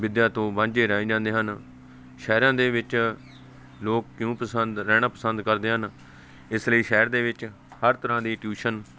ਵਿੱਦਿਆ ਤੋਂ ਵਾਂਝੇ ਰਹਿ ਜਾਂਦੇ ਹਨ ਸ਼ਹਿਰਾਂ ਦੇ ਵਿੱਚ ਲੋਕ ਕਿਉਂ ਪਸੰਦ ਰਹਿਣਾ ਪਸੰਦ ਕਰਦੇ ਹਨ ਇਸ ਲਈ ਸ਼ਹਿਰ ਦੇ ਵਿੱਚ ਹਰ ਤਰ੍ਹਾਂ ਦੀ ਟਿਊਸ਼ਨ